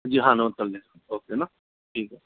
जी हाँ नोट कर लेना ओके ना ठीक है